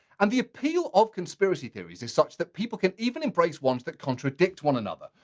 and the appeal of conspiracy theories is such that people can even embrace ones that contradict one another.